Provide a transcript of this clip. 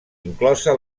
inclosa